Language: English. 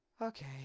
Okay